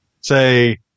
say